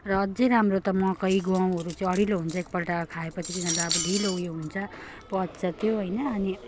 र अझै राम्रो त मकै गहुँहरू चाहिँ अढिलो हुन्छ एकपल्ट खाएपछि तिनीहरूलाई अब ढिलो उयो हुन्छ पच्छ त्यो होइन अनि